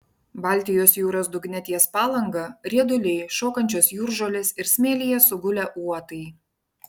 baltijos jūros dugne ties palanga rieduliai šokančios jūržolės ir smėlyje sugulę uotai